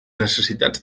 necessitats